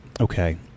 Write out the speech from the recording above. okay